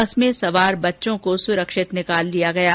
बस में सवार बच्चों को सुरक्षित निकाल लिया गया है